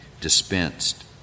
dispensed